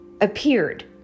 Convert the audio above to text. appeared